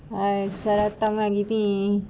saya datang macam ini